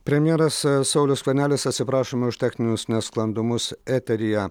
premjeras saulius skvernelis atsiprašoma už techninius nesklandumus eteryje